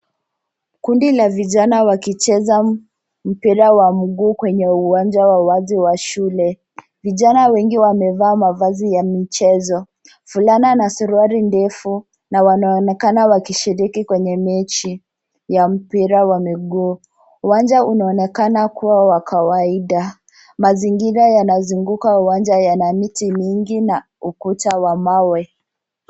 Kundi la vijana wakicheza mpira wa miguu kwenye uwanja wa wazi wa shule ,vijana wengi wamevaa mavazi ya michezo fulana na suruali ndefu na wanaonekana wakishiriki kwenye mechi ya mpira wa miguu, uwanja unaonekana kuwa wa kawaida mazingira yanazunguka uwanja yana miti mingi na ukuta wa mawe.